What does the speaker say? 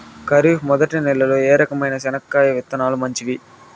ఖరీఫ్ మొదటి నెల లో ఏ రకమైన చెనక్కాయ విత్తనాలు మంచివి